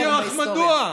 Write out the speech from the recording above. ואני אסביר לך מדוע.